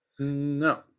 No